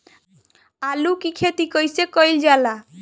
आलू की खेती कइसे कइल जाला?